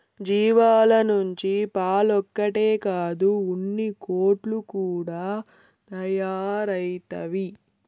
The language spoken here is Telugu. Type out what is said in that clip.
జీవాల నుంచి పాలొక్కటే కాదు ఉన్నికోట్లు కూడా తయారైతవి